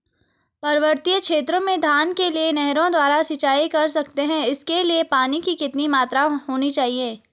पर्वतीय क्षेत्रों में धान के लिए नहरों द्वारा सिंचाई कर सकते हैं इसके लिए पानी की कितनी मात्रा होनी चाहिए?